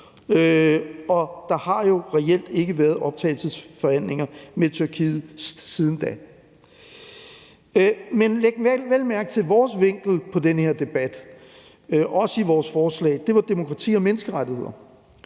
og der har reelt ikke været optagelsesforhandlinger med Tyrkiet siden da. Men læg vel mærke til, at vores vinkel på den her debat, også i vores forslag, var demokrati og menneskerettigheder.